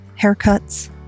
haircuts